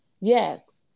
Yes